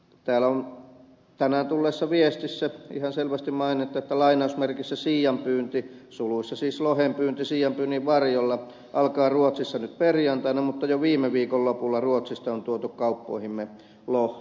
täällä on tänään tulleessa viestissä ihan selvästi maininta että lainausmerkeissä siianpyynti siis lohenpyynti siianpyynnin varjolla alkaa ruotsissa nyt perjantaina mutta jo viime viikon lopulla ruotsista on tuotu kauppoihimme lohta